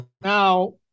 Now